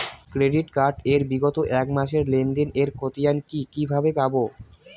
Credit card এর বিগত এক মাসের লেনদেন এর ক্ষতিয়ান কি কিভাবে পাব?